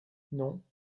non